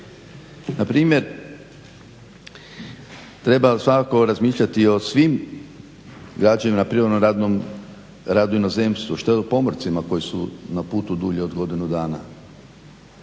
Na primjer treba svakako razmišljati i o svim građanima na primjer na radu u inozemstvu. Što je s pomorcima koji su na putu dulje od godinu dana?